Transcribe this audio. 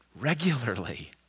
regularly